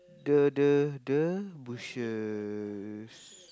the the the bushes